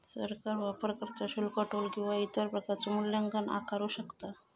सरकार वापरकर्ता शुल्क, टोल किंवा इतर प्रकारचो मूल्यांकन आकारू शकता